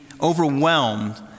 overwhelmed